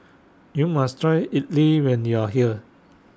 YOU must Try Idili when YOU Are here